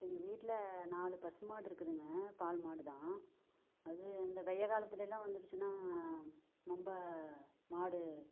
எங்கள் வீட்டில் நாலு பசு மாடு இருக்குதுங்க பால் மாடு தான் அது இந்த வெய்யல் காலத்திலேலாம் வந்துடுச்சினால் ரொம்ப மாடு